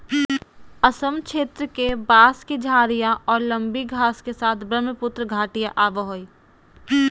असम क्षेत्र के, बांस की झाडियाँ और लंबी घास के साथ ब्रहमपुत्र घाटियाँ आवो हइ